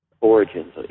origins